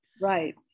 Right